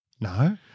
No